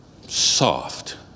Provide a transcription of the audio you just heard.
Soft